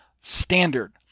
standard